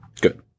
Good